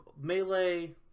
Melee